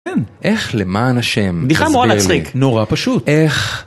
איך למען השם... בדיחה אמורה להצחיק. נורא פשוט. איך...